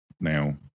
now